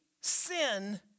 sin